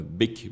big